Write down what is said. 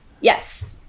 Yes